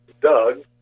Doug